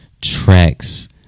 Tracks